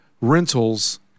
rentals